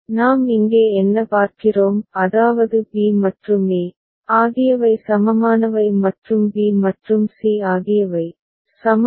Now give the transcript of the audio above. நாம் இங்கே என்ன பார்க்கிறோம் அதாவது b மற்றும் e ஆகியவை சமமானவை மற்றும் b மற்றும் c ஆகியவை சமமானவை